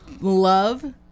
love